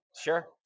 Sure